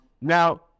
Now